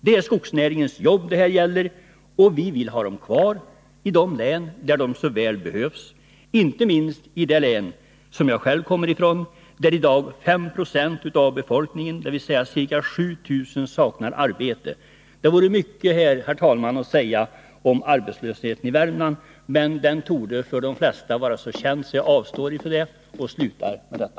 Det är skogsnäringens jobb det här gäller, och vi vill ha dem kvar i de län där de så väl behövs, inte minst i det län som jag själv kommer ifrån, där i dag 5 90 av befolkningen, dvs. ca 7 000, saknar arbete. Det vore mycket, herr talman, att säga om arbetslösheten i Värmland, men den torde för de flesta vara så känd att jag avstår därifrån och slutar med detta.